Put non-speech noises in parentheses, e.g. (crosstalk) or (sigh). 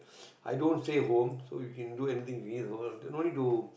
(breath) i don't stay home so you can do anything you need also lah no need to